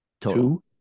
two